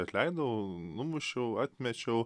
atleidau numušiau atmečiau